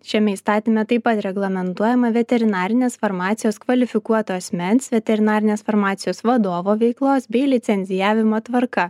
šiame įstatyme taip pat reglamentuojama veterinarinės farmacijos kvalifikuoto asmens veterinarinės farmacijos vadovo veiklos bei licencijavimo tvarka